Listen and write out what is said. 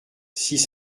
six